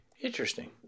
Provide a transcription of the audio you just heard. interesting